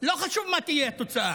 לא חשוב מה תהיה התוצאה.